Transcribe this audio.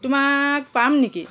তোমাক পাম নেকি